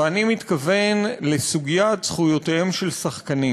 ואני מתכוון לסוגיית זכויותיהם של שחקנים.